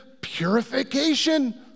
purification